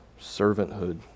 servanthood